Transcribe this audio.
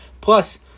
Plus